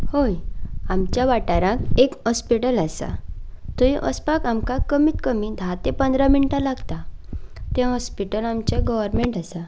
हय आमच्या वाठाराक एक ऑस्पिटल आसा थंय वसपाक आमकां कमीत कमी धा ते पंदरा मिनटां लागतात तें ऑस्पिटल आमचें गॉरमँट आसा